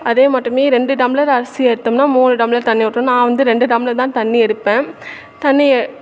அதே மாட்டமே ரெண்டு டம்ளர் அரிசி எடுத்தோம்னால் மூணு டம்ளர் தண்ணி ஊற்றணும் நான் வந்து ரெண்டு டம்ளர் தான் தண்ணி எடுப்பேன் தண்ணி